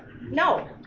No